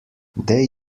they